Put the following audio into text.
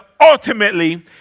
ultimately